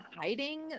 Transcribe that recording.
hiding